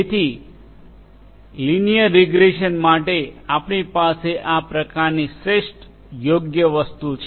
તેથી linear regression માટે આપણી પાસે આ પ્રકારની શ્રેષ્ઠ યોગ્ય વસ્તુ છે